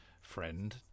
friend